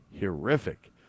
horrific